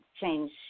change